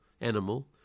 animal